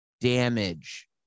damage